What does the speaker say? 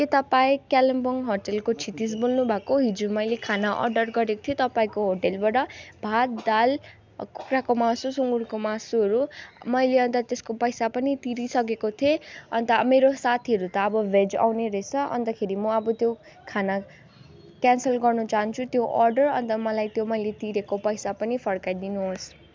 के तपाईँ कालिम्पोङ होटलको क्षितिज बोल्नु भएको हिजो मैले खाना अर्डर गरेक थिएँ तपाईँको होटेलबाट भात दाल कुखुराको मासु सँगुरको मासुहरू मैले अन्त त्यसको पैसा पनि तिरिसकेको थेिएँ अन्त मेरो साथीहरू त अब भेज आउने रहेछ अन्तखेरि अब त्यो खाना क्यान्सल गर्न चाहन्छु त्यो अर्डर अन्त त्यो मलाई त्यो मैले तिरेको पैसा पनि फर्काइ दिनुहोस्